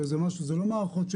זה לא מערכות ש